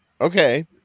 Okay